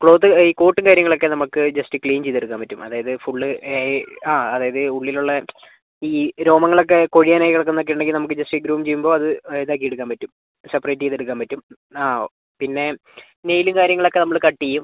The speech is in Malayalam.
ക്ലോത്ത് ഈ കോട്ടും കാര്യങ്ങളൊക്കെ നമുക്ക് ജസ്റ്റ് ക്ലീൻ ചെയ്ത് എടുക്കാൻ പറ്റും അതായത് ഫുൾ ആ അതായത് ഉള്ളിലുള്ള ഈ രോമങ്ങൾ ഒക്കെ കൊഴിയാനായി കിടക്കുന്നത് ഒക്കെ ഉണ്ടെങ്കിൽ നമുക്ക് ജസ്റ്റ് ഗ്രൂം ചെയ്യുമ്പം അത് ഇതാക്കി എടുക്കാൻ പറ്റും സെപ്പറേറ്റ് ചെയ്ത് എടുക്കാൻ പറ്റും ആ ഓ പിന്നെ നെയിലും കാര്യങ്ങളൊക്കെ നമ്മൾ കട്ട് ചെയ്യും